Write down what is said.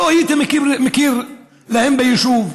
לא היית מכיר להם ביישוב?